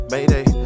Mayday